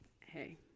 Hey